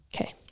Okay